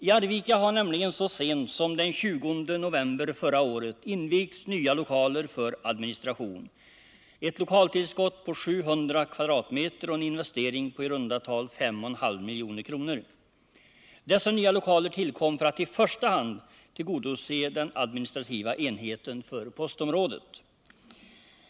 I Arvika invigdes så sent som den 20 november förra året nya lokaler för postens administration. Detta innebar ett lokaltillskott på 700 m? och krävde en investering på i runda tal 5,5 milj.kr. Dessa nya lokaler tillkom för att i första hand tillgodose den administrativa enheten för postområdet.